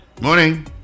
Morning